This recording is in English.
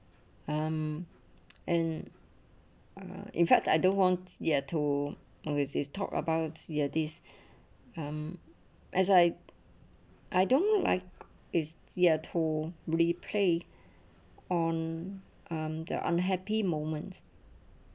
um and uh in fact I don't want ya to invest is talk about ye this um as I I don't like is ye to replay on um the unhappy moments